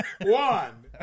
One